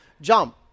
jump